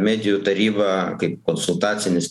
medijų taryba kaip konsultacinis